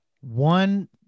One